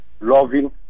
loving